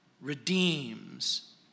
redeems